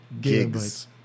gigs